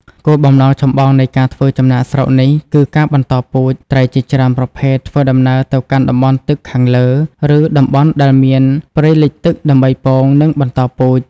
គោលបំណងចម្បងនៃការធ្វើចំណាកស្រុកនេះគឺ ការបន្តពូជ ត្រីជាច្រើនប្រភេទធ្វើដំណើរទៅកាន់តំបន់ទឹកខាងលើ ឬតំបន់ដែលមានព្រៃលិចទឹកដើម្បីពង និងបន្តពូជ។